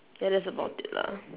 ya that's about it lah